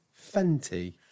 Fenty